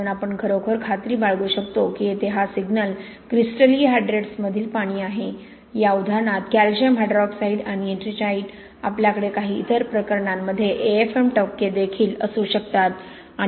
म्हणून आपण खरोखर खात्री बाळगू शकतो की येथे हा सिग्नल क्रिस्टलीय हायड्रेट्समधील पाणी आहे या उदाहरणात कॅल्शियम हायड्रॉक्साईड आणि एट्रिंजाइट आपल्याकडे काही इतर प्रकरणांमध्ये AFm टप्पे देखील असू शकतात